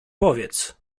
powiedz